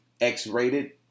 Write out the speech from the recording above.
X-rated